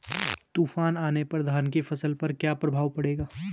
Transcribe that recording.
तूफान आने पर धान की फसलों पर क्या असर पड़ेगा?